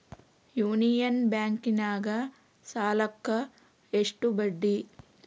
Union ಬ್ಯಾಂಕಿನಾಗ ಸಾಲುಕ್ಕ ಎಷ್ಟು ಬಡ್ಡಿ?